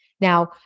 Now